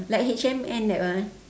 like H&M that one